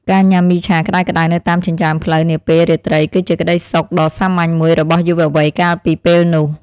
ការញ៉ាំមីឆាក្តៅៗនៅតាមចិញ្ចើមផ្លូវនាពេលរាត្រីគឺជាក្តីសុខដ៏សាមញ្ញមួយរបស់យុវវ័យកាលពីពេលនោះ។